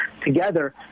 together